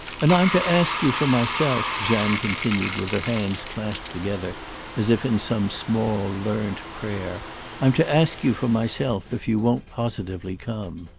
and i'm to ask you for myself, jeanne continued with her hands clasped together as if in some small learnt prayer i'm to ask you for myself if you won't positively come.